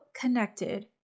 connected